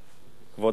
כבוד השרה,